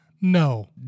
No